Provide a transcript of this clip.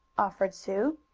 offered sue.